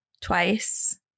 twice